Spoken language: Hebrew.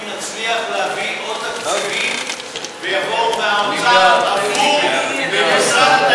ותיקים גם על-ידי לימודים מעבר לשעות הלימוד של מוסדות